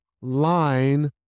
line